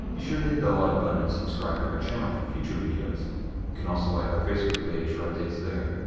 be sure to hit the like button and subscribe to our channel for future videos. you can also like our facebook page for updates there.